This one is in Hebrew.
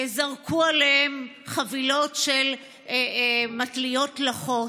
זרקו עליהם חבילות של מטליות לחות,